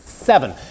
Seven